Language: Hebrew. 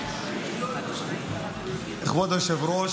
כבוד היושב-ראש,